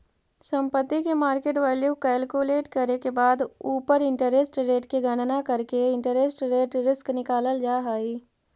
संपत्ति के market value calculate करे के बाद उ पर इंटरेस्ट रेट के गणना करके इंटरेस्ट रेट रिस्क निकालल जा हई